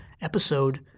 episode